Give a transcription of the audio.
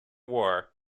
war